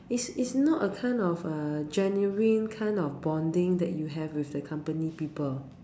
is is not a kind of a genuine kind of bonding that you have with the company people